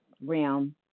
realm